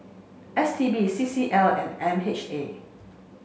S T B C C L and M H A